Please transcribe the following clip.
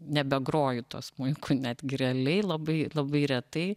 nebegroju tuo smuiku netgi realiai labai labai retai